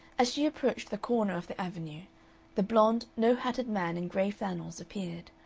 as she approached the corner of the avenue the blond, no-hatted man in gray flannels appeared.